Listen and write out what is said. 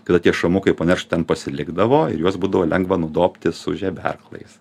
kada tie šamukai po neršt ten pasilikdavo ir juos būdavo lengva nudobti su žeberklais